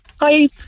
Hi